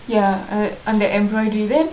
ya uh அந்த:andtha embroidery then